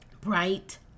bright